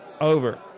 Over